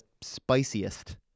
spiciest